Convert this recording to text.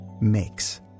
makes